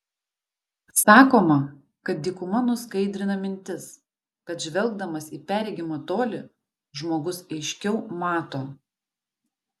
sakoma kad dykuma nuskaidrina mintis kad žvelgdamas į perregimą tolį žmogus aiškiau mato